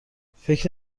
فکر